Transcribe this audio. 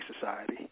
society